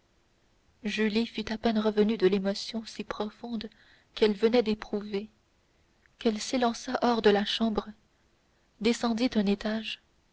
julie fut à peine revenue de l'émotion si profonde qu'elle venait d'éprouver qu'elle s'élança hors de la chambre descendit un étage